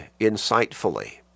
insightfully